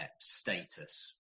status